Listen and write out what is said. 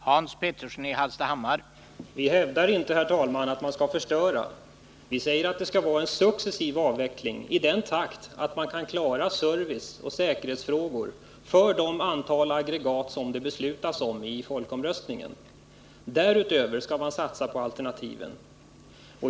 Herr talman! Vi hävdar inte att man skall förstöra tillgångarna. Vi säger att det skall vara en successiv avveckling i en sådan takt att man kan klara service och säkerhetsfrågor för det antal aggregat som det kommer att beslutas om i folkomröstningen. Därutöver skall man satsa på alternativen.